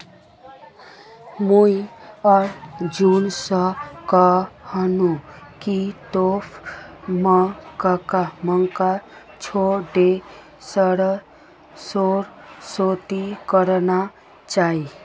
मुई अर्जुन स कहनु कि तोक मक्का छोड़े सरसोर खेती करना चाइ